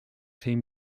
team